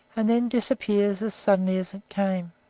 and then disappears as suddenly as it came.